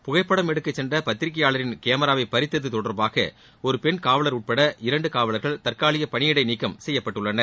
புகைப்படம் எடுக்கச் சென்ற பத்திரிகையாளரின் கேமராவை பறித்தது தொடர்பாக ஒரு பெண் காவலர் உட்பட இரண்டு காவலர்கள் தற்காலிக பணிநீக்கம் செய்யப்பட்டுள்ளனர்